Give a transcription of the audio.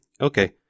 Okay